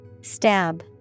Stab